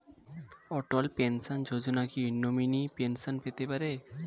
অটল pension Yojana কি নমনীয় pension পেতে পারে?